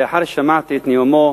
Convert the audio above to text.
אבל לאחר ששמעתי את נאומו